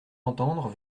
entendre